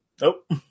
Nope